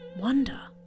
wonder